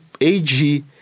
AG